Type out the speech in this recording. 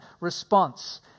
response